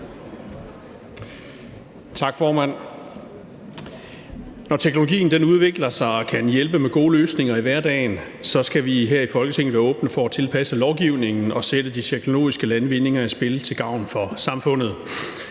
Tak, formand. Når teknologien udvikler sig og kan hjælpe med gode løsninger i hverdagen, skal vi her i Folketinget være åbne over for at tilpasse lovgivningen og sætte de teknologiske landvindinger i spil til gavn for samfundet.